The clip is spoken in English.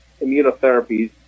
immunotherapies